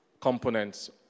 components